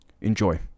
Enjoy